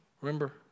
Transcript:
Remember